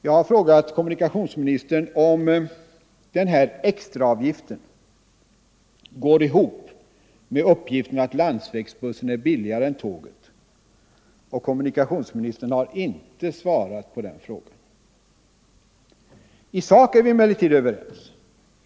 Jag har frågat kommunikationsministern om den här extraavgiften går ihop med att landsvägsbussen är billigare än tåget, men kommunikationsministern har inte svarat på den frågan. I sak är vi emellertid överens.